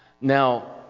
Now